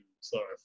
Sorry